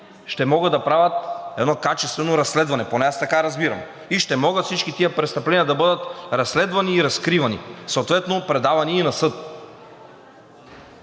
ще могат да правят едно качествено разследване, поне така разбирам, и ще могат всички тези престъпления да бъдат разследвани и разкривани, съответно предавани и на съд.